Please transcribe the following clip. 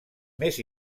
més